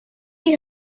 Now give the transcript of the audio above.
you